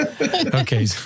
Okay